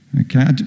Okay